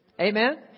Amen